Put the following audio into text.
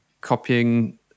copying